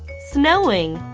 snowing.